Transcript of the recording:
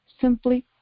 simply